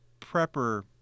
prepper